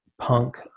punk